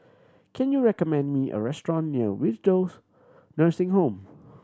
can you recommend me a restaurant near Nursing Home